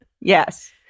Yes